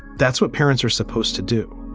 that's what parents are supposed to do